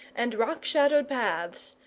and rock-shadowed paths,